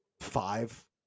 five